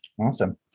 Awesome